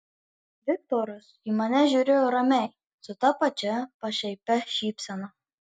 viktoras į mane žiūrėjo ramiai su ta pačia pašaipia šypsena